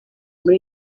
muri